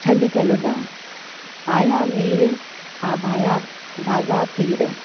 छॾु त लुॾां आया मीर भॻा पीर